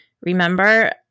Remember